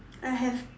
I have